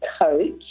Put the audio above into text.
coach